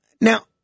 Now-